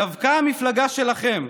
דווקא המפלגה שלכם,